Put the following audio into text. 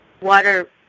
water